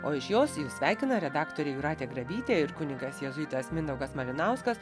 o iš jos jus sveikina redaktorė jūratė grabytė ir kunigas jėzuitas mindaugas malinauskas